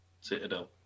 Citadel